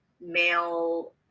male